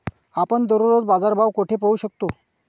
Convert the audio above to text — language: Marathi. आपण दररोजचे बाजारभाव कोठे पाहू शकतो?